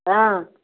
हाँ